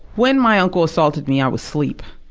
when my uncle assaulted me, i was sleep.